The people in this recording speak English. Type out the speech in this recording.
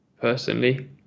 personally